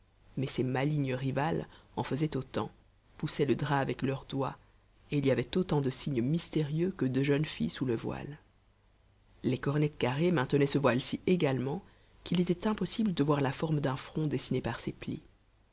mais ses malignes rivales en faisaient autant poussaient le drap avec leurs doigts et il y avait autant de signes mystérieux que de jeunes filles sous le voile les cornettes carrées maintenaient ce voile si également qu'il était impossible de voir la forme d'un front dessiné par ses plis